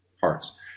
parts